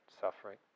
suffering